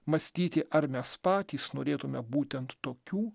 mąstyti ar mes patys norėtumėme būtent tokių